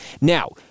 Now